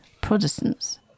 Protestants